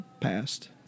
passed